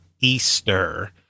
Easter